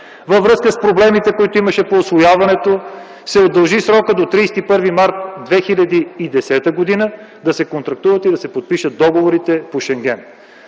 във връзка с проблемите, които имаше по усвояването, се удължи срокът до 31 март 2010 г. да се контрактуват и да се подпишат договорите по Шенген.